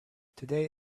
today